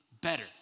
better